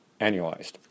annualized